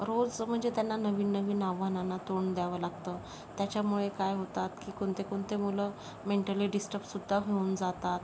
रोज म्हणजे त्यांना नवीन नवीन आव्हांनाना तोंड द्यावं लागतं त्याच्यामुळे काय होतात की कोणते कोणते मुलं मेंटली डिस्टर्बसुद्धा होऊन जातात